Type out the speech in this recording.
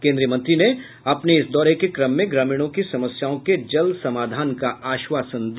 केन्द्रीय मंत्री ने अपने एक दिवसीय दौरे के क्रम में ग्रामीणों की समस्याओं के जल्द समाधान का आश्वासन दिया